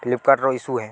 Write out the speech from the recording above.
Flipkart ରହେସୁ ଏ